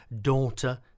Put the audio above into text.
daughter